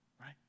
right